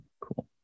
cool